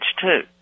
two